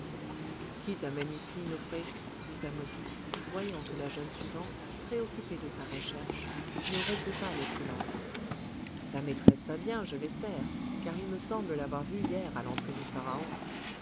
qui t'amène ici nofré dit ahmosis voyant que la jeune suivante préoccupée de sa recherche ne rompait pas le silence ta maîtresse va bien je l'espère car il me semble l'avoir vue hier à l'entrée du pharaon